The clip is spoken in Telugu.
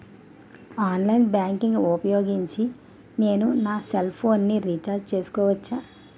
ఆన్లైన్ బ్యాంకింగ్ ఊపోయోగించి నేను నా సెల్ ఫోను ని రీఛార్జ్ చేసుకోవచ్చా?